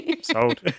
Sold